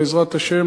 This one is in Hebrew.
בעזרת השם,